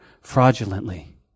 fraudulently